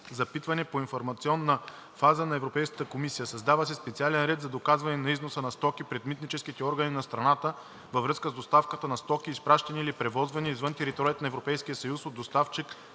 запитване по информационна фаза на Европейската комисия. Създава се специален ред за доказване на износа на стоки пред митническите органи на страната във връзка с доставката на стоки, изпращани или превозвани извън територията на Европейския съюз от доставчик,